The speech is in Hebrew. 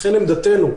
לכן עמדתנו,